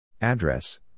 Address